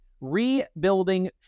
rebuilding